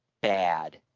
bad